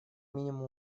минимуму